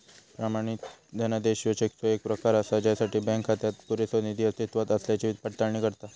प्रमाणित धनादेश ह्यो चेकचो येक प्रकार असा ज्यासाठी बँक खात्यात पुरेसो निधी अस्तित्वात असल्याची पडताळणी करता